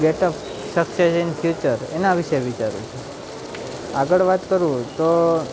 gate a success in future એના વિશે વિચારું છું આગળ વાત કરું તો